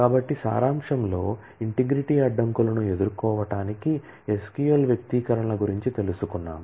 కాబట్టి సారాంశంలో ఇంటిగ్రిటీ అడ్డంకులను ఎదుర్కోవటానికి SQL వ్యక్తీకరణల గురించి తెలుసుకున్నాము